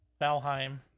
Valheim